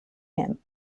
him